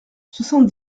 soixante